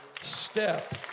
Step